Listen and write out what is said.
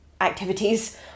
activities